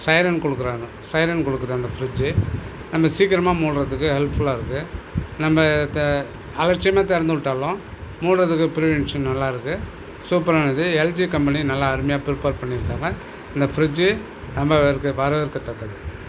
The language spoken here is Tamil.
சைரன் கொடுக்குறாங்க சைரன் கொடுக்குது அந்த ஃப்ரிட்ஜ்ஜி நம்ம சீக்கிரமாக மூடுறதுக்கு ஹெல்ப்ஃபுல்லாக இருக்கு நம்ப தெ அலட்சியமாக திறந்து விட்டாலும் மூடுறதுக்கு ப்ரிவென்ஷன் நல்லா இருக்கு சூப்பரானது எல்ஜி கம்பெனி நல்லா அருமையாக ப்ரிப்பேர் பண்ணிருக்காங்க இந்த ஃப்ரிட்ஜ்ஜு ரொம்ப வரக்கு வரவேற்கதக்கது